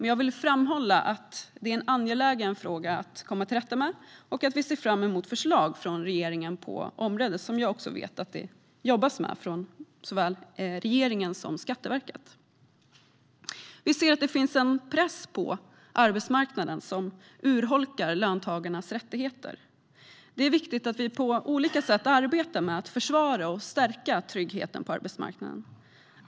Jag vill dock framhålla att det är en angelägen fråga att komma till rätta med och att vi ser fram emot förslag från regeringen på området, och jag vet alltså att regeringen såväl som Skatteverket jobbar med detta. Vi ser att det finns en press på arbetsmarknaden som urholkar löntagarnas rättigheter. Det är viktigt att vi på olika sätt arbetar med att försvara och stärka tryggheten på arbetsmarknaden.